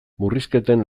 murrizketen